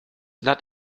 not